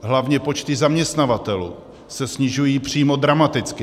Hlavně počty zaměstnavatelů se snižují přímo dramaticky.